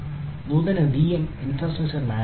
നൂതന VM infrastructure management